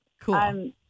Cool